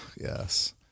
Yes